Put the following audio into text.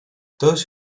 those